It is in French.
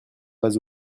pas